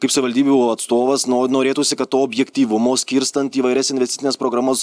kaip savivaldybių atstovas no norėtųsi kad to objektyvumo skirstant įvairias investicines programas